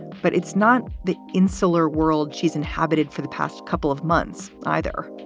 but it's not the insular world she's inhabited for the past couple of months either